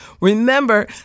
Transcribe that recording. Remember